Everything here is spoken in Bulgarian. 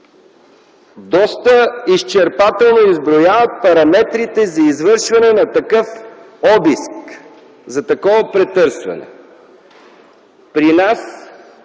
доста изчерпателно изброяват параметрите за извършване на такъв обиск, за такова претърсване.